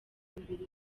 imbere